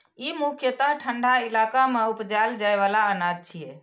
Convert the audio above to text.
ई मुख्यतः ठंढा इलाका मे उपजाएल जाइ बला अनाज छियै